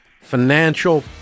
Financial